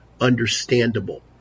understandable